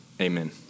Amen